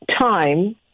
time